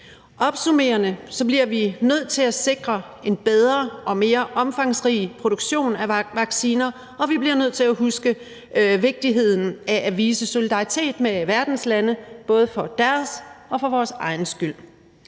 Opsummerende bliver vi nødt til at sikre en bedre og mere omfangsrig produktion af vacciner, og vi bliver nødt til at huske vigtigheden af at vise solidaritet med verdens lande – både for deres og for vores egen skyld.